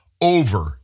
over